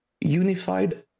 unified